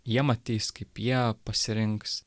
jie matys kaip jie pasirinks